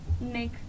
make